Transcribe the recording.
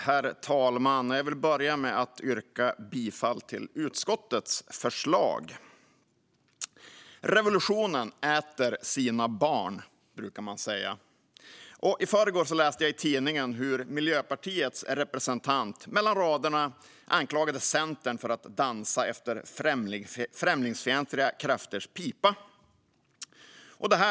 Herr talman! Jag vill börja med att yrka bifall till utskottets förslag. Revolutionen äter sina barn, brukar man säga. I förrgår läste jag i tidningen hur Miljöpartiets representant mellan raderna anklagade Centern för att dansa efter främlingsfientliga krafters pipa.